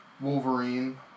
Wolverine